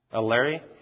Larry